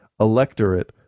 Electorate